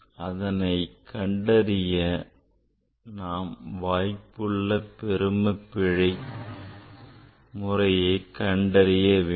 அதனைக் கண்டறிய நாம் வாய்ப்புள்ள பெரும பிழையை கண்டறிய வேண்டும்